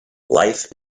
life